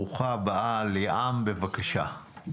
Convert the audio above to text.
ברוכה הבאה, ליאם, בבקשה.